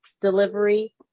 delivery